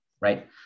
Right